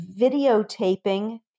videotaping